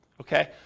Okay